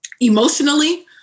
emotionally